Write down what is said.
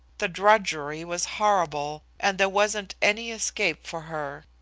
the drudgery was horrible, and there wasn't any escape for her.